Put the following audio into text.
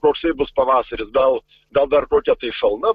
koksai bus pavasaris gal gal dar kokia tai šalna